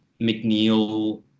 McNeil